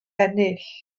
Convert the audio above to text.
ennill